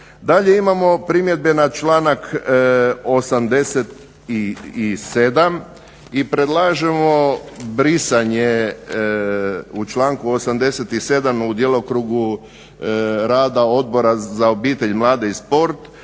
Dalje imamo primjedbe na članak 87. i predlažemo brisanje u članku 87. u djelokrugu rada Odbora za obitelj, mlade i sport,